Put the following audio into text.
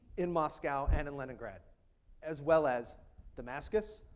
in moscow, and in leningrad as well as damascus,